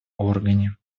органе